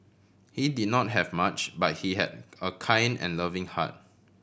he did not have much but he had a kind and loving heart